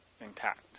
intact